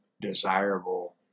desirable